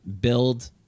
build